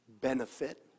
benefit